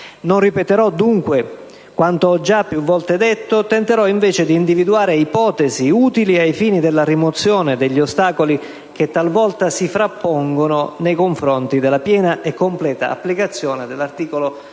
Non ripeterò, dunque, quanto ho già più volte detto, ma tenterò invece d'individuare ipotesi utili ai fini della rimozione degli ostacoli che talvolta si frappongono nei confronti della piena e completa applicazione dell'articolo 27